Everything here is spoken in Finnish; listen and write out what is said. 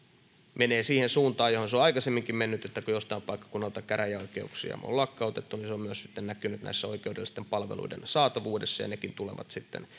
menee siihen suuntaan johon se on aikaisemminkin mennyt kun jollakin paikkakunnalla käräjäoikeuksia on lakkautettu niin se on myös näkynyt näissä oikeudellisten palveluiden saatavuudessa nekin tulevat sitten